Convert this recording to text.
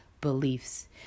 beliefs